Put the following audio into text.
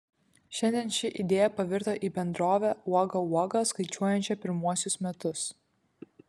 šiandien ši idėja pavirto į bendrovę uoga uoga skaičiuojančią pirmuosius metus